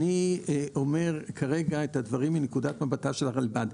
אני אומר כרגע את הדברים מנקודת מבטה של הרלב"ד.